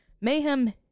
mayhem